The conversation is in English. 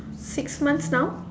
six months now